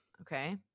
Okay